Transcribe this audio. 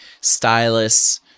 stylus